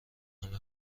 همه